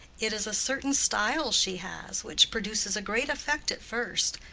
it is a certain style she has, which produces a great effect at first,